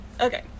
okay